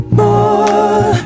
more